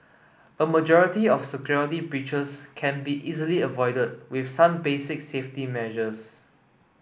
a majority of security breaches can be easily avoided with some basic safety measures